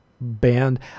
band